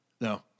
No